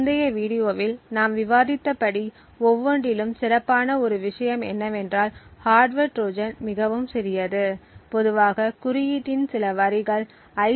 முந்தைய வீடியோவில் நாம் விவாதித்தபடி ஒவ்வொன்றிலும் சிறப்பான ஒரு விஷயம் என்னவென்றால் ஹார்ட்வர் ட்ரோஜன் மிகவும் சிறியது பொதுவாக குறியீட்டின் சில வரிகள் ஐ